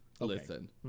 Listen